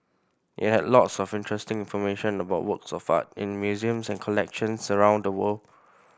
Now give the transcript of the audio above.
it had lots of interesting information about works of art in museums and collections around the world